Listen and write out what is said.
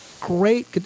great